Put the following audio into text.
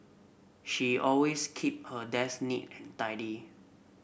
she always keep her desk neat and tidy